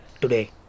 today